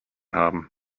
haben